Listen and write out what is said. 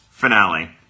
finale